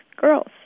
girls